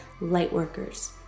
Lightworkers